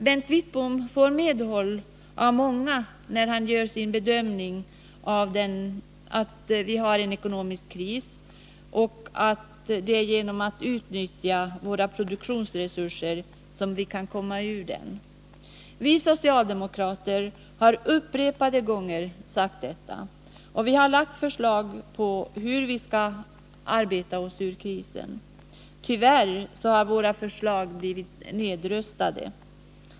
Bengt Wittbom får medhåll av många när han gör bedömningen att vi har en ekonomisk kris och att det är genom att utnyttja våra produktionsresurser som vi kan komma ur den. Vi socialdemokrater har upprepade gånger sagt detta, och vi har lagt fram förslag om hur vi skall arbeta oss ur krisen. Tyvärr har våra förslag blivit nedröstade.